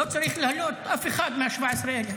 אף אחד מה-17,000